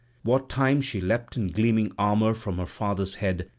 what time she leapt in gleaming armour from her father's head,